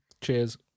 Cheers